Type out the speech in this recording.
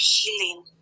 healing